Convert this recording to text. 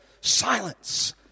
Silence